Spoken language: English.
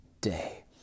day